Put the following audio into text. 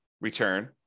return